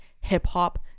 hip-hop